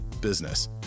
Business